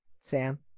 sam